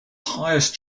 highest